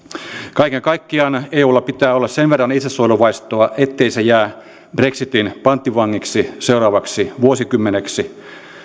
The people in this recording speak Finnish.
kaiken kaikkiaan eulla pitää olla sen verran itsesuojeluvaistoa ettei se jää brexitin panttivangiksi seuraavaksi vuosikymmeneksi